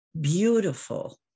beautiful